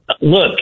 Look